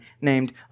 named